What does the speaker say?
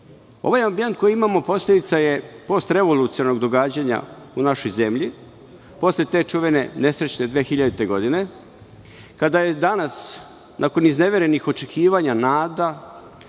ambijent koji imamo posledica je postrevolucionarnog događanja u našoj zemlji posle te čuvene nesrećne 2000. godine, kada je danas, nakon izneverenih očekivanja, nada